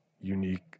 unique